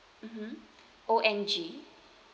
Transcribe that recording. mmhmm O N G